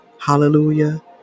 Hallelujah